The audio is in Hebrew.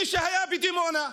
מי שהיה בדימונה,